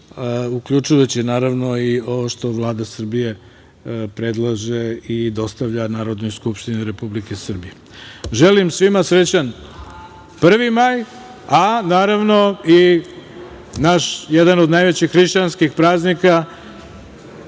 uključujući, naravno, i ovo što Vlada Srbije predlaže i dostavlja Narodnoj skupštini Republike Srbije. Želim svima srećan Prvi maj, a naravno i jedan od naših najvećih hrišćanskih praznika.